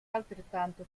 altrettanto